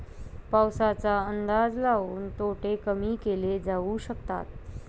पाऊसाचा अंदाज लाऊन तोटे कमी केले जाऊ शकतात